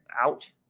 out